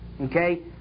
Okay